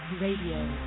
Radio